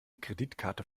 kreditkarte